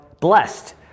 Blessed